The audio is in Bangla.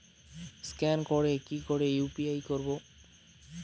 স্ক্যান করে কি করে ইউ.পি.আই করবো?